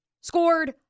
scored